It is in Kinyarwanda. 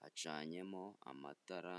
hacanyemo amatara.